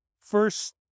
first